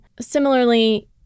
Similarly